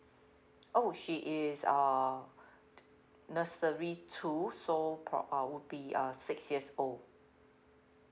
oh she is uh nursery two so for uh would be uh six years old